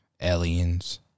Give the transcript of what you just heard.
Aliens